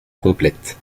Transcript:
complète